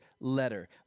letter